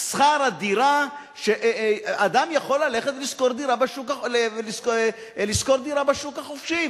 שכר דירה שאדם יכול ללכת ולשכור דירה בשוק החופשי.